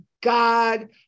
God